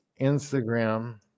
Instagram